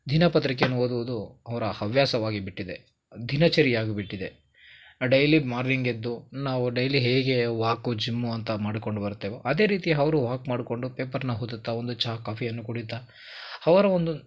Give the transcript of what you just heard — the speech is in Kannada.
ದಿನಪತ್ರಿಕೆಯನ್ನು ಓದುವುದು ಅವರ ಹವ್ಯಾಸವಾಗಿ ಬಿಟ್ಟಿದೆ ದಿನಚರಿ ಆಗಿಬಿಟ್ಟಿದೆ ಡೈಲಿ ಮಾರ್ನಿಂಗ್ ಎದ್ದು ನಾವು ಡೈಲಿ ಹೇಗೆ ವಾಕು ಜಿಮ್ಮು ಅಂತ ಮಾಡ್ಕೊಂಡು ಬರ್ತೇವೋ ಅದೇ ರೀತಿ ಅವ್ರು ವಾಕ್ ಮಾಡಿಕೊಂಡು ಪೇಪರ್ನ ಓದುತ್ತ ಒಂದು ಚಾ ಕಾಫಿಯನ್ನು ಕುಡಿಯುತ್ತಾ ಅವರ ಒಂದು